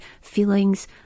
feelings